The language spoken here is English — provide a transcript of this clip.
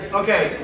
okay